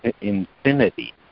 infinity